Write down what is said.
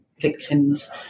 victims